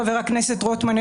חבר הכנסת רוטמן,